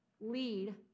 lead